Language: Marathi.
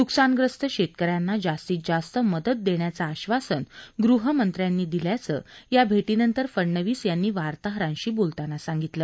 न्कसानग्रस्त शेतकऱ्यांना जास्तीत जास्त मदत देण्याचं आश्वासन गृहमंत्र्यांनी दिल्याचं या भेटीनंतर फडनवीस यांनी वार्ताहरांशी बोलताना सांगितलं